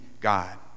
God